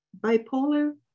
bipolar